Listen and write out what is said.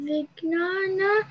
Vignana